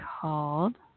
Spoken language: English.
called